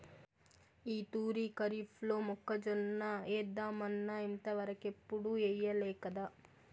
ఈ తూరి కరీఫ్లో మొక్కజొన్న ఏద్దామన్నా ఇంతవరకెప్పుడూ ఎయ్యలేకదా